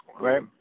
Right